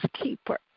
keeper